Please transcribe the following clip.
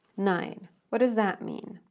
nine. what does that mean?